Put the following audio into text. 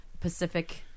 Pacific